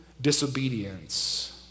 disobedience